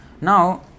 Now